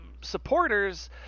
supporters